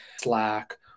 Slack